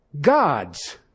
gods